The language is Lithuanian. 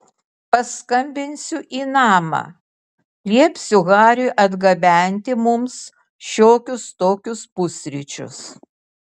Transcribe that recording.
paskambinsiu į namą liepsiu hariui atgabenti mums šiokius tokius pusryčius